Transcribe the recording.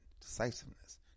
decisiveness